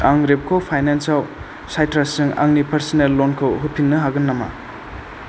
आं रेपक फाइनान्सआव साइट्रासजों आंनि पार्सनेल लनखौ होफिन्नो हागोन नामा